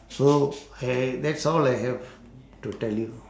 so !hey! that's all I have to tell you